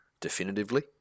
definitively